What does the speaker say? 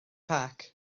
park